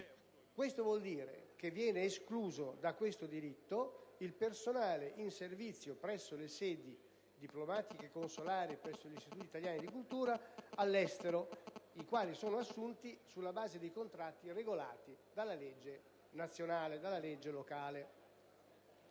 Questo vuol dire che viene escluso da questo diritto il personale in servizio presso le sedi diplomatiche consolari e presso gli istituti italiani di cultura all'estero, il quale è assunto sulla base di contratti regolati dalla legge locale.